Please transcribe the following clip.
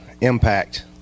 impact